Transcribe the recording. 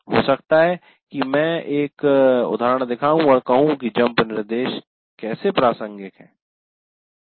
हो सकता है कि मैं एक उदाहरण दिखाऊं और कहूं कि जंप निर्देश कैसे प्रासंगिक है